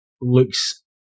looks